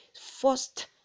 first